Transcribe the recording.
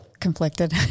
conflicted